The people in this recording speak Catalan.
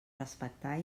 respectar